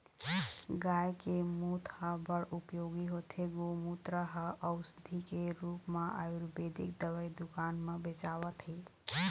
गाय के मूत ह बड़ उपयोगी होथे, गोमूत्र ह अउसधी के रुप म आयुरबेदिक दवई दुकान म बेचावत हे